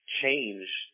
Change